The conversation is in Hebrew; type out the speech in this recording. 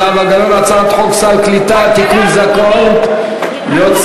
זה משחק מילים, זה ציני, זה לא נכון, את פשוט